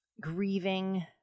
grieving